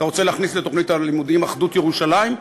אתה רוצה להכניס לתוכנית הלימודים אחדות ירושלים?